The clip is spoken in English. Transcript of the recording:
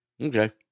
okay